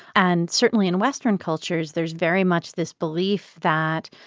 and certainly, in western cultures, there's very much this belief that,